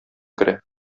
керә